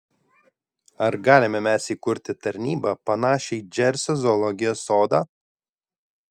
ar galime mes įkurti tarnybą panašią į džersio zoologijos sodą